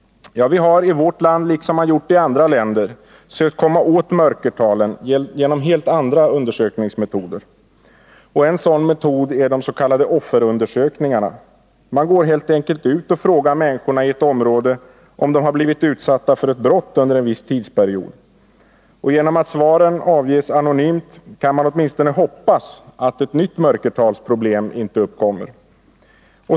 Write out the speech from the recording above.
Vi har i vårt land liksom man gjort i andra länder sökt komma åt mörkertalen genom helt andra undersökningsmetoder. En sådan metod är de s.k. offerundersökningarna. Man går helt enkelt ut och frågar människorna i ett område om de har blivit utsatta för brott under en viss tidsperiod. Genom att svaren avges anonymt kan man åtminstone hoppas att ett nytt mörkertalsproblem inte uppkommer.